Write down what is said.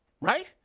right